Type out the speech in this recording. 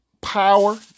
power